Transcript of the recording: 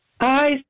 Hi